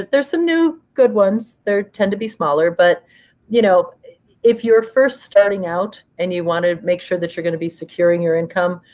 there's some new good ones. they tend to be smaller. but you know if you're first starting out and you want to make sure that you're going to be securing your income,